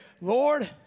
Lord